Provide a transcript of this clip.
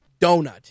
donut